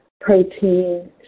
protein